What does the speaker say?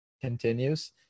continues